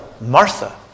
Martha